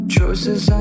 Choices